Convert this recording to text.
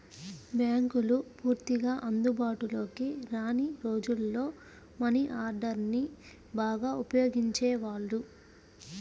బ్యేంకులు పూర్తిగా అందుబాటులోకి రాని రోజుల్లో మనీ ఆర్డర్ని బాగా ఉపయోగించేవాళ్ళు